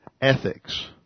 ethics